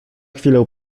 chwilę